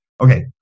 Okay